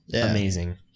amazing